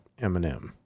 Eminem